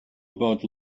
about